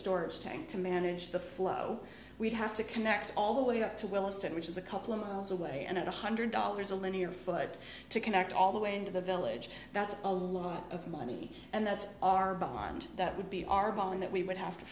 storage tank to manage the flow we'd have to connect all the way up to williston which is a couple of miles away and at one hundred dollars a linear foot to connect all the way into the village that's a lot of money and that's our bond that would be our bombing that we would have to